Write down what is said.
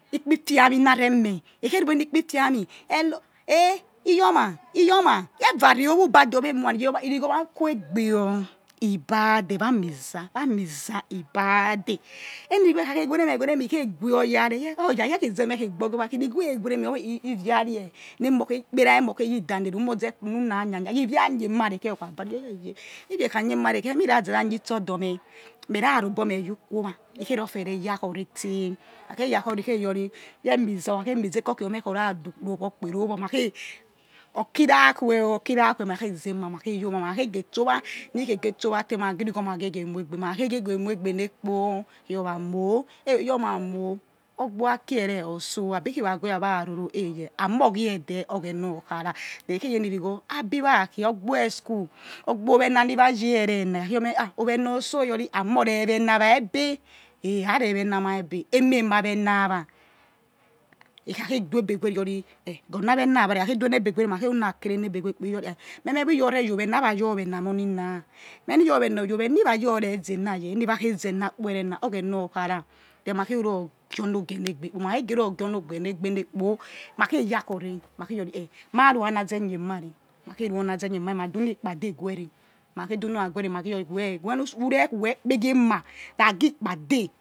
Ikpi ifiami na re meh ekhrueni ikpi fiami helo heh iyoma iyoma ha ye va re owa who vare owa ewana irigho wa kuegbeyor ibade wa mi za wa mi za he ba de eni righo ekhakh were meh weremeh he khehguwi oya meh yekhe zemeh kheh gbogi owa irigho reweremeh ivia ria nikpe ra moi khe yo damerumoze runa yaya yeh ivia yemarekhe meh ra zera ni itse odormeh meh ra ro oboh meh you ukuwi owa ikherofiare yakhore till he khakhe yakhore he khe yomitil ye muza eke or khe your meh or rah dukpo okpo irowo mq khe okirakhueo khe yi owa ma kha khe geh tso owa ni khe ghe tso wa te ma ghi righo ma ghi ghi muegbe ma khkhe ghie ghie muegbe nekpo he yoir waa moh eh iyomah moh ogbor aki ere otso abi weh na gor ya wa ra roro eye amor giede oghena okhara he khe yemirigho abi wa khi ogboi school ogbo owena ni waje werena ekhe your meh owena otso iyori akhrre wena ebe ehe aerwena mai egbe emawena wha ejhakhe du egbe guwere he your ri hei gi ona wanawa ekhakhe do oni ebe guere he runa kere enebewe kpo iyori eh efe ni meh your re your owena ha ra your wa nq mq omina meh ni your we not oya owena irayoreze ena yeh eni wa khe zenakpo erena oghena okhara than ma khe ruro ghie oni ogie nekbe ma kha khe ruru gie negbe kpo ma du ikpade guere ma kha di ni ra guere ma khe your ri whe who re khi we kpeghie ema ragi kpade